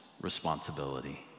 responsibility